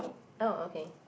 oh okay